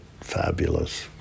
fabulous